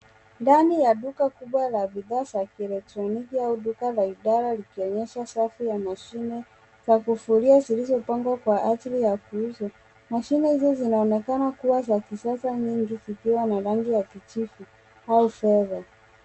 Ndani ya duka kubwa la bidhaa za kielektroniki au duka la idara likionyesha safu ya mashine za kufulia zilizopangwa kwa ajili ya kuuzwa. Mashine hizi zinaonekana kuwa za kisasa nyingi zikiwa na rangi ya kijivu au fedha.